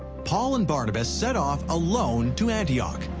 paul and barnabas set off alone to antioch.